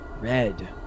red